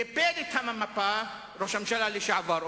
קיפל את המפה ראש הממשלה לשעבר,